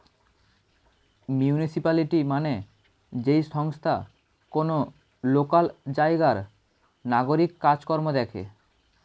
municipality মানে যেই সংস্থা কোন লোকাল জায়গার নাগরিক কাজ কর্ম দেখে